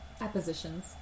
appositions